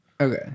Okay